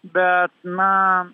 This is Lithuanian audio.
bet na